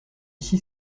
ici